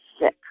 sick